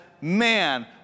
man